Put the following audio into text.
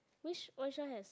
which which one has a